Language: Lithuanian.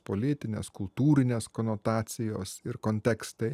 politinės kultūrinės konotacijos ir kontekstai